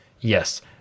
Yes